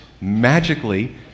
magically